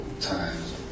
times